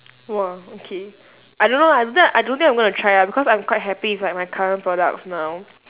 !wah! okay I don't know lah I don't think I don't think I'm gonna try ah because I'm quite happy with like my current products now